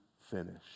finish